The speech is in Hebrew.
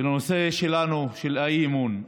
ולנושא שלנו, של האי-אמון.